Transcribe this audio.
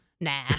Nah